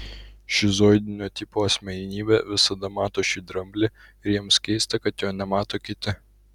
šizoidinio tipo asmenybė visada mato šį dramblį ir jiems keista kad jo nemato kiti